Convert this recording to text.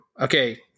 Okay